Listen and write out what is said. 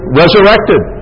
resurrected